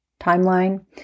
timeline